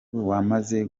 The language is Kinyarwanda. wamaze